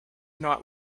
not